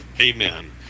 amen